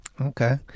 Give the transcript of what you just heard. Okay